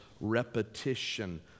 repetition